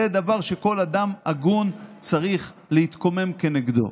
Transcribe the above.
דבר שכל אדם הגון צריך להתקומם כנגדו.